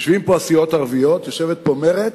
יושבות פה הסיעות הערביות, יושבת פה מרצ.